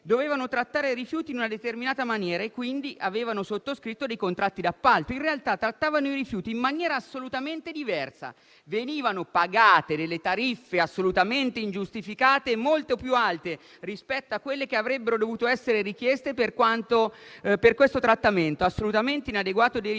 dovevano trattare i rifiuti in una determinata maniera e quindi avevano sottoscritto dei contratti d'appalto, in realtà trattavano i rifiuti in maniera assolutamente diversa. Venivano pagate tariffe assolutamente ingiustificate e molto più alte rispetto a quelle che avrebbero dovuto essere richieste per questo trattamento assolutamente inadeguato dei rifiuti.